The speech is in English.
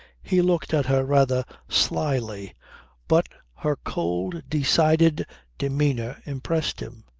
he looked at her rather slyly but her cold, decided demeanour impressed him.